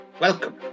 Welcome